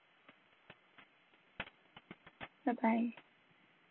bye bye